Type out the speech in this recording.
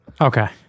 Okay